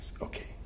Okay